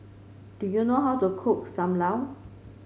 do you know how to cook Sam Lau